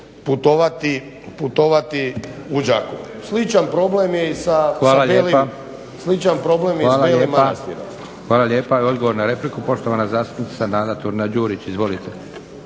putovati u Đakovo. Sličan problem je i sa Belim Manastirom. **Leko, Josip (SDP)** Hvala lijepa. Odgovor na repliku, poštovana zastupnica Nada Turina-Đurić. Izvolite.